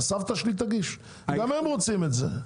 גם הם רוצים את זה.